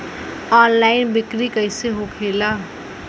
Online बिक्री कैसे होखेला?